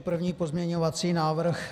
První pozměňovací návrh.